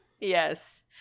Yes